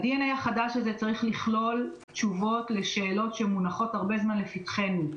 ה- DNAהחדש הזה צריך לכלול תשובות לשאלות שמונחות הרבה זמן לפתחנו: